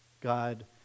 God